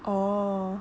orh